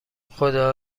خدا